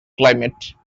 climate